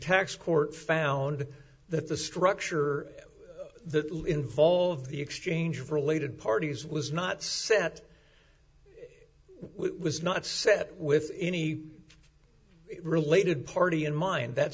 tax court found that the structure that involve the exchange of related parties was not set was not set with any related party in mind that